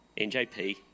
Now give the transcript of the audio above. NJP